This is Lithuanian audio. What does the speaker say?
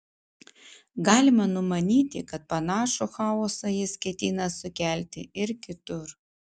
galima numanyti kad panašų chaosą jis ketina sukelti ir kitur